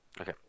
Okay